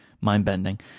mind-bending